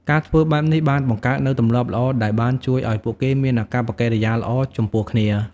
ការធ្វើបែបនេះបានបង្កើតនូវទម្លាប់ល្អដែលបានជួយឲ្យពួកគេមានអាកប្បកិរិយាល្អចំពោះគ្នា។